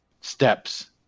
steps